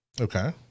Okay